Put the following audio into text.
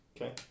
Okay